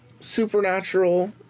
supernatural